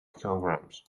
kilograms